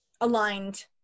aligned